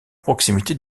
proximité